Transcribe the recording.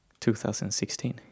2016